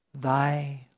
Thy